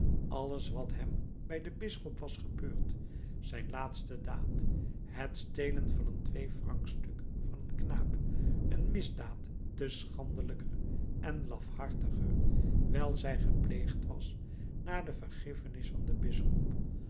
alles wat hem bij den bisschop was gebeurd zijn laatste daad het stelen van een tweefrancstuk van een knaap een misdaad te schandelijker en lafhartiger wijl zij gepleegd was na de vergiffenis van den bisschop alles